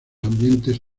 ambientes